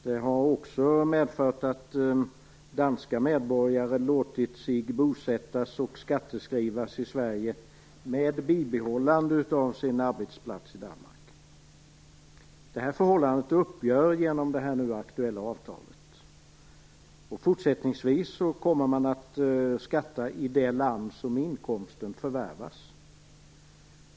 Det har också medfört att danska medborgare bosatt sig och låtit sig skatteskrivas i Sverige med bibehållande av sin arbetsplats i Danmark. Det här förhållandet upphör genom det nu aktuella avtalet. Fortsättningsvis kommer man att skatta i det land där inkomsten förvärvas.